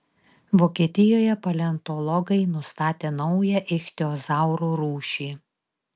vokietijoje paleontologai nustatė naują ichtiozaurų rūšį